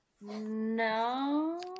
No